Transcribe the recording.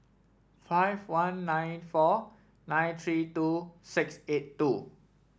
five one nine four nine three two six eight two